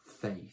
faith